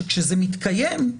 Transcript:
שכשזה מתקיים,